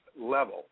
level